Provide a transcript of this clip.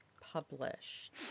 published